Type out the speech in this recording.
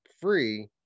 free